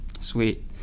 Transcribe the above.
Sweet